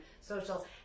socials